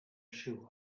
shoe